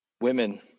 Women